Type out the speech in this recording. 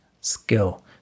skill